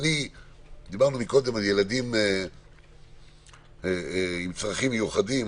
דיברנו קודם על ילדים עם צרכים מיוחדים.